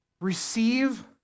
Receive